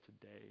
today